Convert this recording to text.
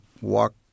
walk